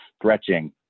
stretching